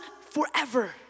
forever